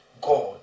God